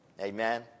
Amen